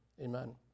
amen